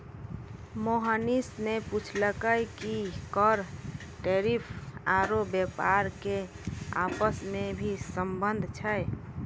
मोहनीश ने पूछलकै कि कर टैरिफ आरू व्यापार के आपस मे की संबंध छै